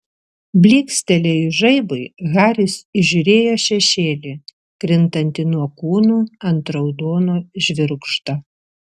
blykstelėjus žaibui haris įžiūrėjo šešėlį krintantį nuo kūnų ant raudono žvirgždo